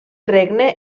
regne